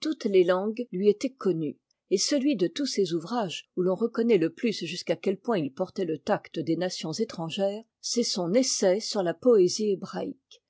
toutes les langues lui étaient connues et celui de tous ses ouvrages où l'on reconnaît le plus jusqu'à quel point it portait le tact des nations étrangères c'est son essai sur la poésie hébraïque